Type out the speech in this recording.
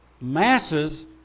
masses